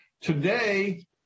today